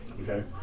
okay